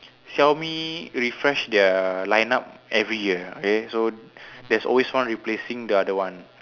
Xiaomi refresh their line up every year okay so there's always one replacing the other one